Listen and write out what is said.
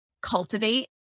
cultivate